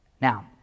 Now